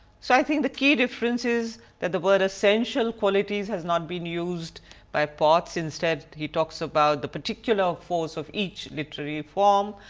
so i think the key difference is that the word is essential qualities has not been used by potts instead he talks about the particular force of each literary form,